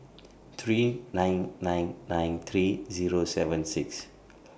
three nine nine nine three Zero seven six